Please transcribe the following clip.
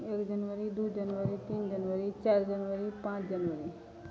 एक जनबरी दू जनबरी तीन जनबरी चारि जनबरी पाँच जनबरी